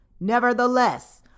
Nevertheless